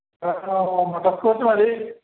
butter scotch മതി